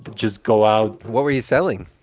but just go out? what were you selling?